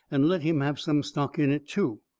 and let him have some stock in it too,